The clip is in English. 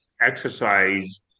exercise